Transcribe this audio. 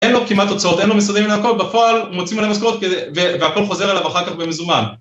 ‫אין לו כמעט הוצאות, ‫אין לו משרדים והכל. ‫בפועל, הוא מוציא מלא משכורות, ‫והכול חוזר אליו אחר כך במזומן.